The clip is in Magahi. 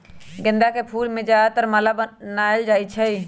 गेंदा के फूल से ज्यादातर माला बनाएल जाई छई